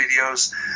videos